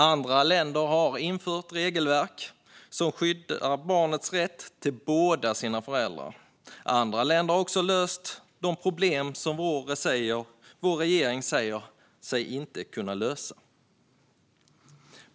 Andra länder har infört regelverk som skyddar barnets rätt till båda sina föräldrar. Andra länder har också löst de problem som vår regering sagt sig inte kunna lösa.